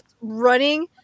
running